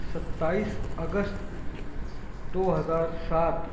ستائیس اگست دو ہزار سات